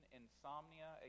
insomnia